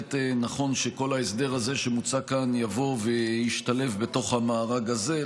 בהחלט נכון שכל ההסדר הזה שמוצע כאן ישתלב בתוך המארג הזה.